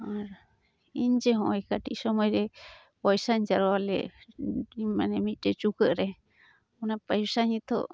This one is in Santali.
ᱟᱨ ᱤᱧ ᱡᱮ ᱦᱚᱸᱜᱼᱚᱭ ᱠᱟᱹᱴᱤᱡ ᱥᱚᱢᱚᱭᱨᱮ ᱯᱚᱭᱥᱟᱧ ᱡᱟᱨᱣᱟᱞᱮᱫ ᱢᱤᱫᱴᱮᱱ ᱪᱩᱠᱟᱹᱜ ᱨᱮ ᱚᱱᱟ ᱯᱟᱭᱥᱟ ᱱᱤᱛᱚᱜ